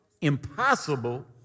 impossible